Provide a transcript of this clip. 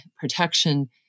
protection